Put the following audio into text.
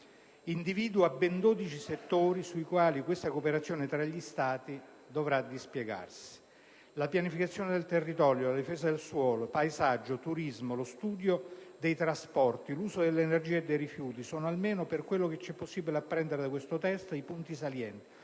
individua ben 12 settori sui quali tale cooperazione tra gli Stati dovrà enuclearsi. La pianificazione del territorio, la difesa del suolo e del paesaggio, il turismo, lo studio dei trasporti, l'uso dell'energia e dei rifiuti sono, almeno per quello che ci possibile apprendere da questo testo, i punti salienti,